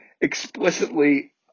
explicitly